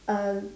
uh